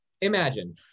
imagine